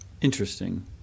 interesting